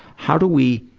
how do we